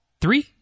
three